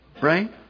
Right